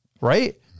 Right